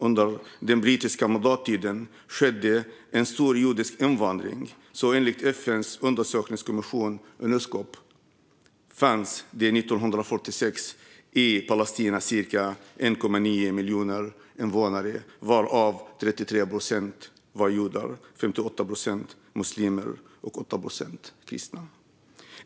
Under den brittiska mandattiden skedde en stor judisk invandring, och enligt FN:s undersökningskommission Unscop fanns det 1946 i Palestina cirka 1,9 miljoner invånare, varav 33 procent var judar, 58 procent muslimer och 8 procent kristna.